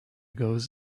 goes